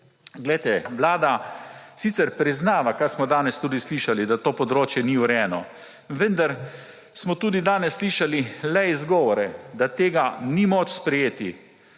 mestih. Vlada sicer priznava, kar smo danes tudi slišali – da to področje ni urejeno. Vendar smo tudi danes slišali le izgovore, da tega ni moč sprejeti.